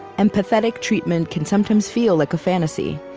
empathetic treatment can sometimes feel like a fantasy.